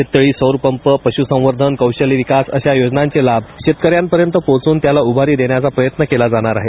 शेततळी सौरपंपपशुसंवर्धनकौशल्यविकास अशा योजनांचे लाभ शेतकर्यांहपर्यंत पोहोचवून त्याला उभारी देण्याचा प्रयत्न केला जाणार आहे